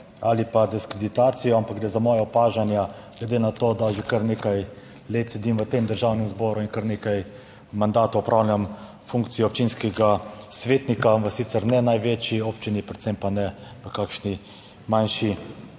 ali pa diskreditacijo, ampak gre za moja opažanja glede na to, da že kar nekaj let sedim v tem Državnem zboru in kar nekaj mandatov opravljam funkcijo občinskega svetnika v sicer ne največji občini, predvsem pa ne v kakšni manjši